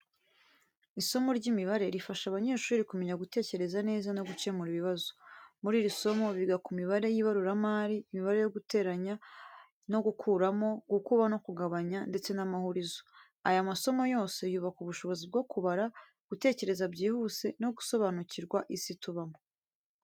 Isomo ry’imibare rifasha abanyeshuri kumenya gutekereza neza no gukemura ibibazo. Muri iri somo, biga ku mibare y’ibaruramari, imibare yo guteranya no gukuramo, gukuba no kugabanya ndetse n’amahurizo. Aya masomo yose yubaka ubushobozi bwo kubara, gutekereza byihuse no gusobanukirwa isi tubamo.